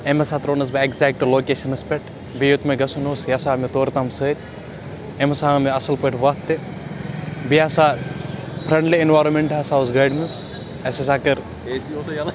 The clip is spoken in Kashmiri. أمۍ ہَسا ترٛونَس بہٕ ایٚکزیکٹ لوکیشَنَس پٮ۪ٹھ بیٚیہِ یوٚت مےٚ گژھُن اوس یہِ ہَسا آو مےٚ تور تام سۭتۍ أمۍ ہَسا ہٲو مےٚ اَصٕل پٲٹھۍ وَتھ تہِ بیٚیہِ ہَسا فرٛیٚنٛڈلی ایٚنوارمیٚنٛٹ ہَسا اوس گاڑِ منٛز اَسہِ ہَسا کٔر